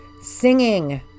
Singing